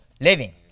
living